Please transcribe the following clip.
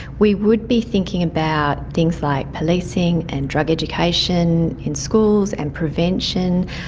we would be thinking about things like policing and drug education in schools and prevention,